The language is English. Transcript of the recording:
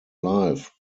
life